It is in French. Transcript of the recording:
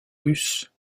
russe